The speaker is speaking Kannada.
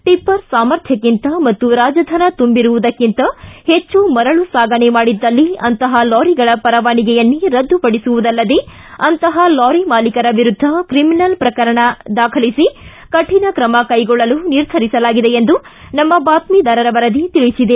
ಟಪ್ಪರ್ ಸಾಮರ್ಥ್ಥಕ್ಕಿಂತ ಮತ್ತು ರಾಜಧನ ತುಂಬಿರುವುದಕ್ಕಿಂತ ಹೆಚ್ಚು ಮರಳು ಸಾಗಾಣೆ ಮಾಡಿದಲ್ಲಿ ಅಂತಹ ಲಾರಿಗಳ ಪರವಾನಿಗೆಯನ್ನೇ ರದ್ದುಪಡಿಸುವುದಲ್ಲದೆ ಅಂತಹ ಲಾರಿ ಮಾಲಿಕರ ವಿರುದ್ದ ತ್ರಿಮಿನಲ್ ಮೊಕದ್ದಮೆ ದಾಖಲಿಸಿ ಕಠಿಣ ಕ್ರಮ ಕೈಗೊಳ್ಳಲು ನಿರ್ಧರಿಸಲಾಗಿದೆ ಎಂದು ನಮ್ಮ ಬಾತ್ಮಿದಾರರ ವರದಿ ತಿಳಿಸಿದೆ